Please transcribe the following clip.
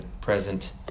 present